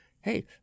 Hey